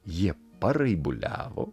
jie paraibuliavo